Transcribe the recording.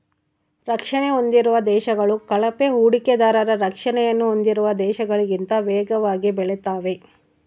ರಕ್ಷಣೆ ಹೊಂದಿರುವ ದೇಶಗಳು ಕಳಪೆ ಹೂಡಿಕೆದಾರರ ರಕ್ಷಣೆಯನ್ನು ಹೊಂದಿರುವ ದೇಶಗಳಿಗಿಂತ ವೇಗವಾಗಿ ಬೆಳೆತಾವೆ